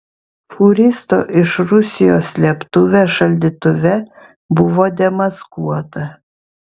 fūristo iš rusijos slėptuvė šaldytuve buvo demaskuota